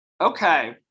okay